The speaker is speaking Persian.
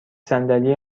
صندلی